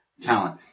talent